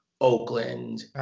Oakland